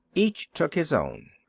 each took his own.